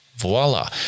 voila